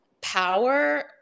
power